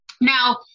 now